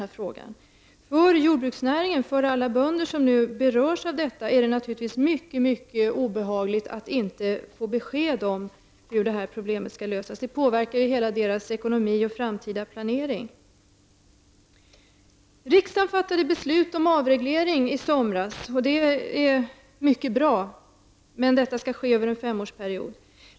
Det är mycket obehagligt för jordbruksnäringen och för alla bönder som nu berörs av detta och inte får besked om hur problemet skall lösas. Det påverkar ju hela deras ekonomi och framtida planering. Riksdagen fattade beslut om avreglering i somras, och det är mycket bra, men detta skall ske över en femårsperiod.